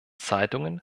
zeitungen